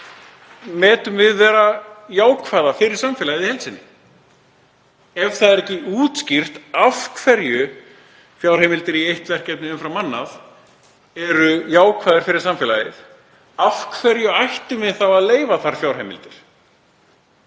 fjárheimilda jákvæða fyrir samfélagið í heild sinni. Ef það er ekki útskýrt af hverju fjárheimildir í eitt verkefni umfram annað eru jákvæðar fyrir samfélagið, af hverju ættum við þá að leyfa þær fjárheimildir?